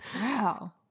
Wow